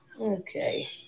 okay